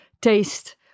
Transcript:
taste